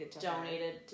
donated